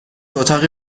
اتاقی